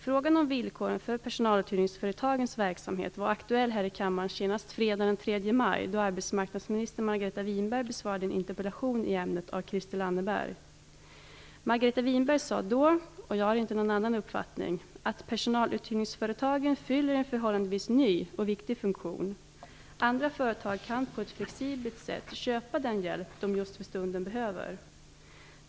Frågan om villkoren för personaluthyrningsföretagens verksamhet var aktuell här i kammaren senast fredagen den 3 maj då arbetsmarknadsminister Margareta Winberg besvarade en interpellation i ämnet av Margaret Winberg sade då - och jag har inte nåson annan uppfattning - att personaluthyrningsföretagen fyller en förhållandevis ny och viktig funktion. Andra företag kan på ett flexibelt sätt köpa den hjälp de just för stunden behöver.